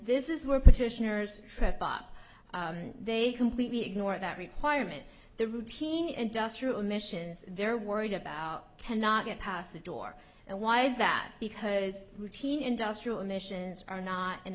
this is where petitioners tripped up they completely ignore that requirement the routine industrial emissions their worried about cannot get past the door and why is that because routine industrial emissions are not an